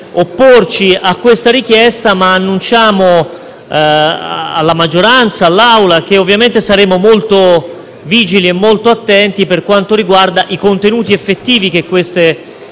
opporci a tale richiesta, ma annunciamo alla maggioranza e all'Assemblea che ovviamente saremo molto vigili e attenti per quanto riguarda i contenuti effettivi che